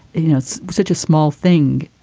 you know it's such a small thing,